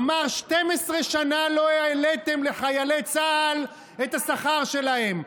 אמר: 12 שנה לא העליתם לחיילי צה"ל את השכר שלהם.